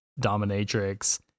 dominatrix